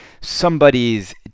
somebody's